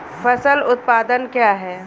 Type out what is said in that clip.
फसल उत्पादन क्या है?